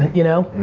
you know?